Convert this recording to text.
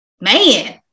man